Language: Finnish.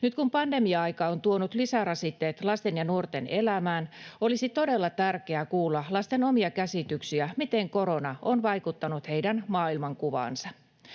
Nyt kun pandemia-aika on tuonut lisärasitteet lasten ja nuorten elämään, olisi todella tärkeää kuulla lasten omia käsityksiä, miten korona on vaikuttanut heidän maailmankuvaansa.